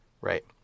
right